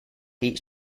each